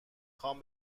خوام